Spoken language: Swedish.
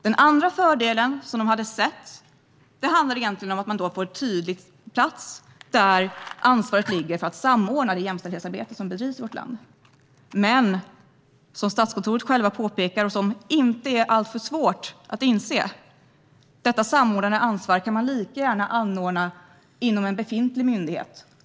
Den andra fördelen som de hade sett handlar om att man får en tydlig plats där ansvaret ligger för att samordna det jämställdhetsarbete som bedrivs i vårt land. Men som Statskontoret självt påpekar och som inte är särskilt svårt att själv inse kan detta samordnande ansvar lika gärna anordnas inom en befintlig myndighet.